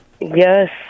Yes